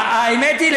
האמת היא,